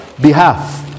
behalf